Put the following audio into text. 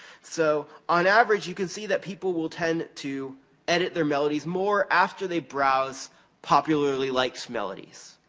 so, on average, you can see that people will tend to edit their melodies more after they browse popularly-liked melodies.